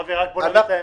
אבי, בוא נגיד את האמת,